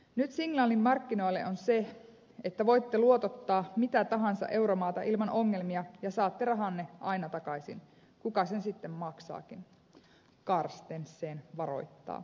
nyt signaali markkinoille on se että voitte luotottaa mitä tahansa euromaata ilman ongelmia ja saatte rahanne aina takaisin kuka sen sitten maksaakin carstensen varoittaa